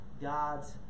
God's